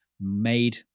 made